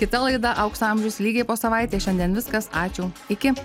kita laida aukso amžius lygiai po savaitės šiandien viskas ačiū iki